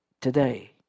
today